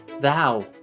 thou